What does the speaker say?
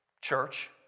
church